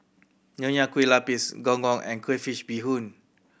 Nonya Kueh Lapis Gong Gong and crayfish beehoon